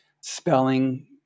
spelling